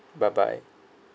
bye bye